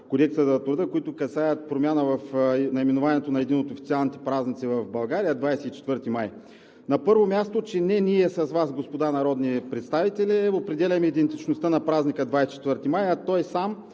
Кодекса на труда, които касаят промяна в наименованието на един от официалните празници в България – 24 май? На първо място, че не ние с Вас, господа народни представители, определяме идентичността на празника 24 май, а той сам